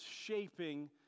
shaping